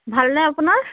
ভালনে আপোনাৰ